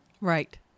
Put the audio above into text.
Right